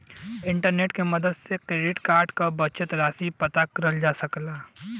internet के मदद से क्रेडिट कार्ड क बचल राशि पता करल जा सकला